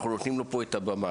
אנחנו נותנים לו פה את הבמה,